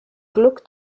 glück